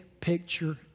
picture